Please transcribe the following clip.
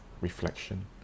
reflection